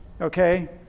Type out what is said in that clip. Okay